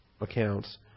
accounts